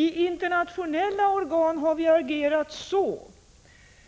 I internationella organ har vi agerat så